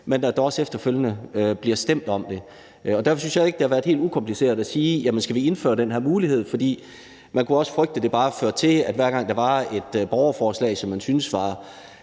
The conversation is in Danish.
men at der også efterfølgende bliver stemt om det. Jeg synes ikke, at det har været helt ukompliceret at sige, at vi skulle indføre den her mulighed, for man kunne også frygte, at det bare førte til, at hver gang der var et borgerforslag, som man syntes var